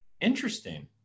Interesting